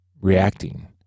reacting